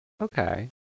Okay